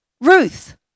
Ruth